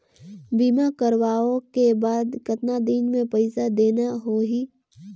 बीमा करवाओ के बाद कतना दिन मे पइसा देना हो ही?